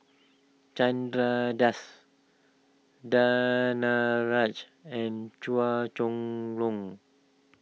Chandra Das Danaraj and Chua Chong Long